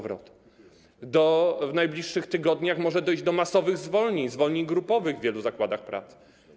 W najbliższych tygodniach może dojść do masowych zwolnień, zwolnień grupowych w wielu zakładach pracy.